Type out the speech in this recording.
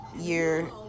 year